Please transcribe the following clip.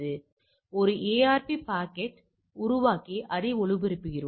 எனவே ஒரு ARP பாக்கெட்டை உருவாக்கி அதை ஒளிபரப்புகிறோம்